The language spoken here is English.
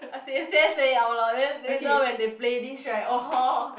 I say say say it out loud then later when they play this right [orh hor]